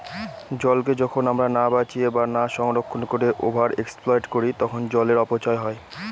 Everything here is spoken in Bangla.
জলকে যখন আমরা না বাঁচিয়ে বা না সংরক্ষণ করে ওভার এক্সপ্লইট করি তখন জলের অপচয় হয়